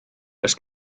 oes